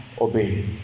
obey